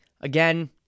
again